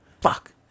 fuck